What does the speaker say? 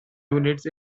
units